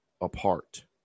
apart